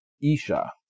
Isha